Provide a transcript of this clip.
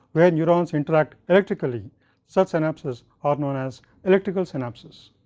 where neurons interact electrically such synapses are known as electrical synapses.